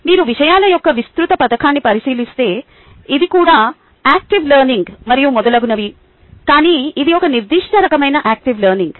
మీరు విషయాల యొక్క విస్తృత పథకాన్ని పరిశీలిస్తే ఇది కూడా యాక్టివ్ లెర్నింగ్ మరియు మొదలగునవి కానీ ఇది ఒక నిర్దిష్ట రకమైన యాక్టివ్ లెర్నింగ్